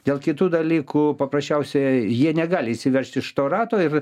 dėl kitų dalykų paprasčiausia jie negali išsiveržti iš to rato ir